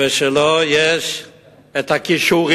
ולו יש הכישורים